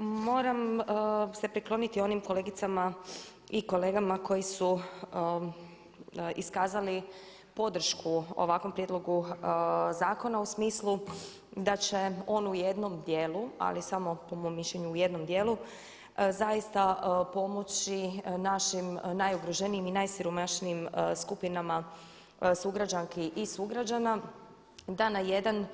Moram se prikloniti onim kolegicama i kolegama koji su iskazali podršku ovakvom prijedlogu zakona u smislu da će on u jednom dijelu ali samo po mom mišljenju u jednom dijelu zaista pomoći našim najugroženijim i najsiromašnijim skupinama sugrađanki i sugrađana da na jedan